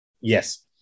Yes